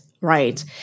right